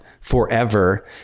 forever